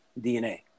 DNA